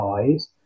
eyes